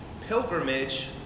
pilgrimage